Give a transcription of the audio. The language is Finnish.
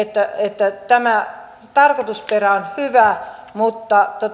sitä mieltä että tämä tarkoitusperä on hyvä mutta